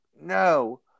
no